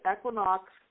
Equinox